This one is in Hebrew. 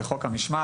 זה חוק המשמעת.